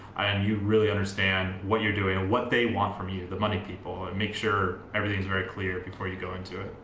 and you really understand what you're doing what they want from you the money people and make sure everything's very clear before you go into it.